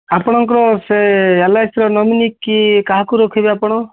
ଆପଣଙ୍କ ସେ ଏଲ୍ଆଇସିର ନୋମିନି କି କାହାକୁ ରଖିବେ ଆପଣ